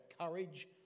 courage